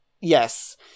yes